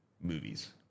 movies